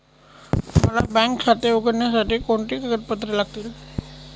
मला बँक खाते उघडण्यासाठी कोणती कागदपत्रे लागतील?